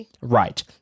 Right